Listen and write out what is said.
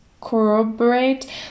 corroborate